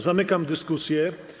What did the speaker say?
Zamykam dyskusję.